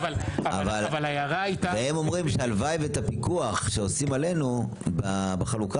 והם אומרים שהלוואי ואת הפיקוח שעושים עלינו בחלוקה